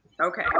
Okay